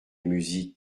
musique